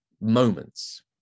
moments